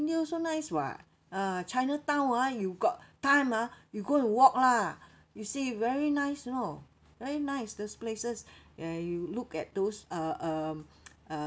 also nice [what] ah chinatown ah you got time ah you go and walk lah you see very nice you know very nice these places ya you look at those uh um uh